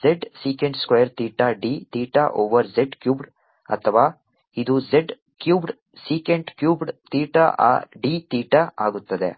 z secant square theta d theta over z cubed ಅಥವಾ ಇದು z cubed secant cubed theta d theta ಆಗುತ್ತದೆ